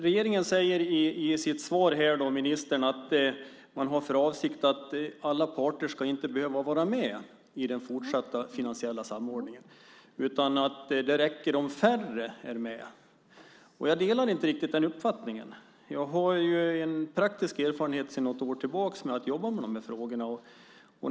Regeringen och ministern säger här i sitt svar att alla parter inte ska behöva vara med i den fortsatta finansiella samordningen, utan det räcker om färre är med. Jag delar inte riktigt den uppfattningen. Jag har en praktisk erfarenhet sedan något år tillbaka med att jobba med de här frågorna.